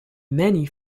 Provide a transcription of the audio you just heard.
many